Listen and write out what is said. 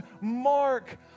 mark